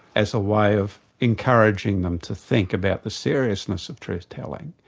as a way of encouraging them to think about the seriousness of truth-telling,